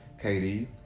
KD